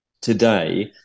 today